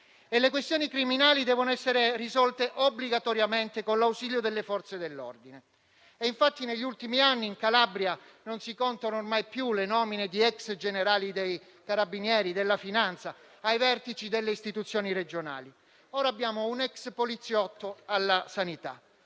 le questioni criminali devono essere risolte obbligatoriamente con l'ausilio delle forze dell'ordine. In effetti, ormai, negli ultimi anni in Calabria non si contano più le nomine di ex generali dei Carabinieri o della Guardia di finanza ai vertici delle istituzioni regionali. Ora abbiamo un ex poliziotto alla sanità,